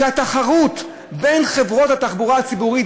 שהתחרות בין חברות התחבורה הציבורית,